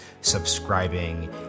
subscribing